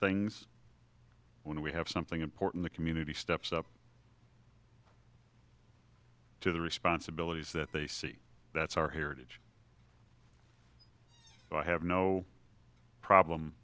things when we have something important the community steps up to the responsibilities that they see that's our heritage but i have no problem